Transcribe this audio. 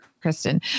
Kristen